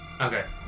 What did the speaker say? Okay